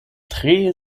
tre